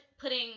putting